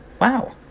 Wow